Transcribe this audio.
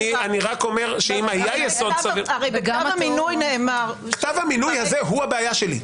הרי בכתב המינוי נאמר --- כתב המינוי הזה הוא הבעיה שלי.